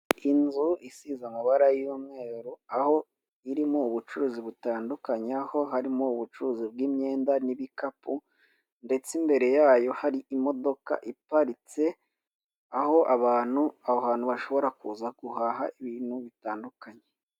Inzu isize amabara y'umweru, aho irimo ubucuruzi butandukanye, aho harimo ubucuruzi bw'imyenda n'ibikapu, ndetse imbere yaho hari imodoka iparitse, aho ahantu aho hantu bashobora kuza guhaha ibintu bitandukanye.